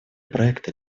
проекта